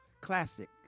classic